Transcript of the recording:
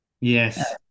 yes